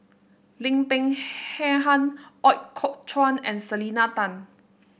Lim Peng Han Ooi Kok Chuen and Selena Tan